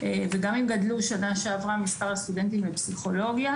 וגם אם גדל שנה שעברה מספר הסטודנטים לפסיכולוגיה,